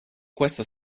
questa